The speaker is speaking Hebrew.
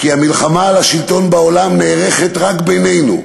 כי המלחמה על השלטון בעולם נערכת רק בינינו,